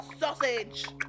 sausage